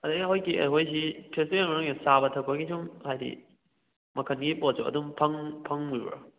ꯑꯗꯒꯤ ꯑꯩꯈꯣꯏꯒꯤ ꯑꯩꯈꯣꯏꯁꯤ ꯐꯦꯁꯇꯤꯚꯦꯜ ꯃꯅꯨꯡꯁꯤꯗ ꯆꯥꯕ ꯊꯛꯄꯒꯤ ꯁꯨꯝ ꯍꯥꯏꯗꯤ ꯃꯈꯟꯒꯤ ꯄꯣꯠꯁꯨ ꯑꯗꯨꯝ ꯐꯪꯕꯤꯕ꯭ꯔꯥ